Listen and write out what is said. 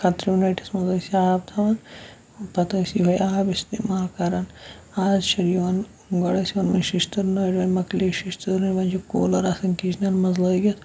کَتریٚو نٔٹھِس منٛز ٲسۍ یہِ آب تھَوان پَتہٕ ٲسۍ یۄہَے آب استعمال کَران اَز چھِ یِوان گۄڈٕ ٲس یِوان شِشتٕر نٔٹۍ وۄنۍ مَکلے شِشتٕر وۄنۍ چھِ کوٗلَر آسان کِچنَن منٛز لٲگِتھ